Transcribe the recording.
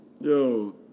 Yo